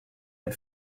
had